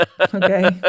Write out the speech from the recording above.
okay